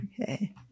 Okay